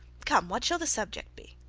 come, what shall the subject be